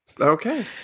Okay